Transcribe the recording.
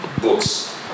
books